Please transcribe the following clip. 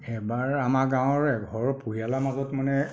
এবাৰ আমাৰ গাওঁৰ এঘৰ পৰিয়ালৰ মাজত মানে